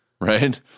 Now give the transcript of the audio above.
right